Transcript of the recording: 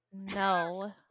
No